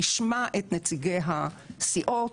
תשמע את נציגי הסיעות,